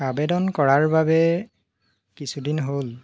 আবেদন কৰাৰ বাবে কিছুদিন হ'ল